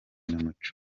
n’umuco